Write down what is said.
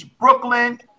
Brooklyn